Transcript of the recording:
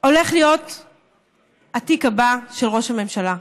זה הולך להיות התיק הבא של ראש הממשלה.